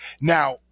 Now